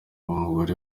umugore